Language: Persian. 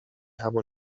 همان